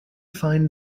find